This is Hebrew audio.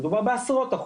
מדובר בעשרות אחוזים,